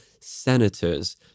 senators